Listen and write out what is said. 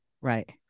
Right